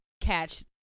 catch